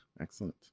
Excellent